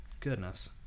goodness